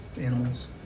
animals